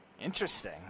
Interesting